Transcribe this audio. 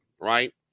right